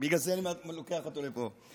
בגלל זה הבאתי אותו לפה.